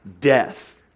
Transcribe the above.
death